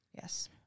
Yes